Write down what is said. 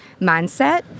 mindset